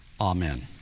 Amen